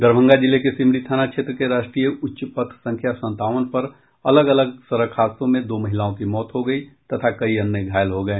दरभंगा जिले के सिमरी थाना क्षेत्र के राष्ट्रीय उच्च पथ संख्या संतावन पर अलग अलग सड़क हादसों में दो महिलाओं की मौत हो गई तथा कई अन्य घायल हो गये